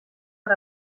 per